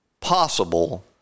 possible